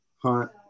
hunt